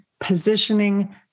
positioning